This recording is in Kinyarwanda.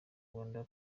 rwanda